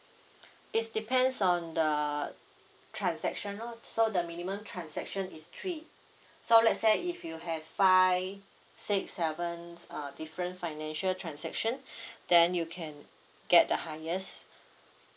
it's depends on the transactional lor so the minimum transaction is three so let's say if you have five six seven uh different financial transaction then you can get the highest